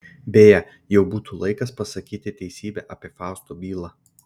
beje jau būtų laikas pasakyti teisybę apie fausto bylą